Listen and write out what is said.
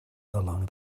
along